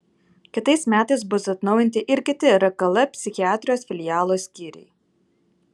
kitais metais bus atnaujinti ir kiti rkl psichiatrijos filialo skyriai